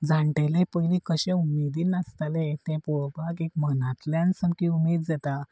जाणटेले पयली कशे उमेदीन नासताले ते पळोवपाक एक मनांतल्यान सामकी उमेद जाता